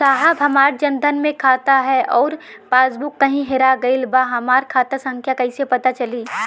साहब हमार जन धन मे खाता ह अउर पास बुक कहीं हेरा गईल बा हमार खाता संख्या कईसे पता चली?